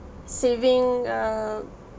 saving err